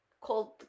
called